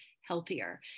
healthier